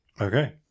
Okay